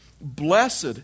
Blessed